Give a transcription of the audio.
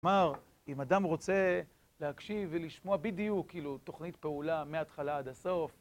כלומר, אם אדם רוצה להקשיב ולשמוע בדיוק כאילו תכנית פעולה מההתחלה עד הסוף